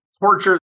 torture